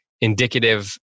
indicative